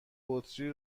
بطری